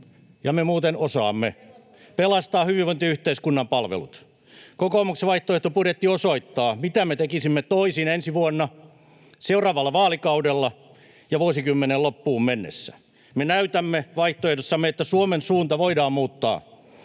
ja me muuten osaamme, pelastaa hyvinvointiyhteiskunnan palvelut. Kokoomuksen vaihtoehtobudjetti osoittaa, mitä me tekisimme toisin ensi vuonna, seuraavalla vaalikaudella ja vuosikymmenen loppuun mennessä. Me näytämme vaihtoehdossamme, että Suomen suunta voidaan muuttaa: